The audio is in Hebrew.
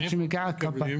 עד שמגיעה כבאית.